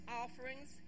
offerings